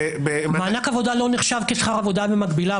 -- מענק עבודה לא נחשב שכר עבודה ומקביליו.